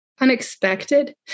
Unexpected